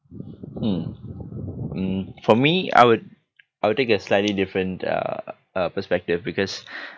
mm mm for me I would I would take a slightly different uh uh perspective because